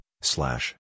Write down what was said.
slash